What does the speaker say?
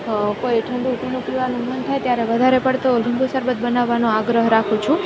કોઈ ઠડું પીણું પીવાનું મન થાય ત્યારે વધારે પડતો લીંબુ શરબત બનાવાનો આગ્રહ રાખું છું